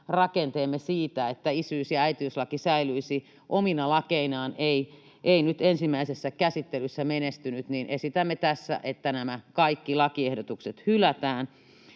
rakenteemme siitä, että isyys- ja äitiyslaki säilyisivät omina lakeinaan, ei nyt ensimmäisessä käsittelyssä menestynyt, niin esitämme tässä, että nämä kaikki lakiehdotukset hylätään